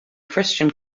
christian